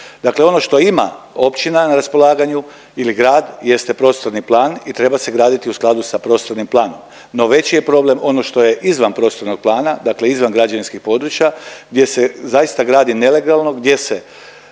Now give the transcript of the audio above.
Dakle ono što ima općina na raspolaganju ili grad jeste prostorni plan i treba se graditi u skladu sa prostornim planom, no veći je problem ono što je izvan prostornog plana, dakle izvan građevinskih područja gdje se zaista gradi nelegalno, gdje se